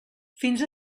fins